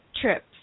Trips